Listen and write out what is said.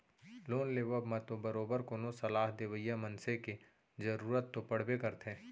loan लेवब म तो बरोबर कोनो सलाह देवइया मनसे के जरुरत तो पड़बे करथे